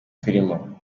turimo